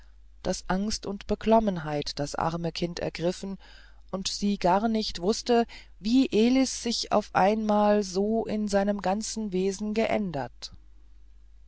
daß angst und beklommenheit das arme kind ergriff und sie gar nicht wußte wie elis sich auf einmal so in seinem ganzen wesen geändert